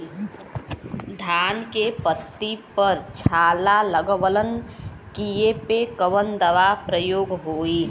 धान के पत्ती पर झाला लगववलन कियेपे कवन दवा प्रयोग होई?